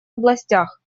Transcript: областях